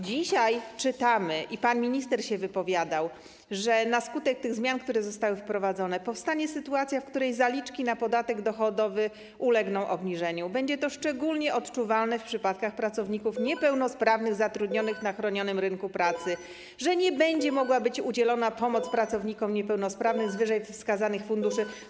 Dzisiaj czytamy, i pan minister się wypowiadał, że na skutek tych zmian, które zostały wprowadzone, powstanie sytuacja, w której zaliczki na podatek dochodowy ulegną obniżeniu, że będzie to szczególnie odczuwalne w przypadku pracowników niepełnosprawnych zatrudnionych na chronionym rynku pracy, że nie będzie mogła być udzielona pomoc pracownikom niepełnosprawnym z wyżej wskazanego funduszu.